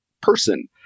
person